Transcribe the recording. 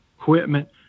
equipment